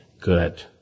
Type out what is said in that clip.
good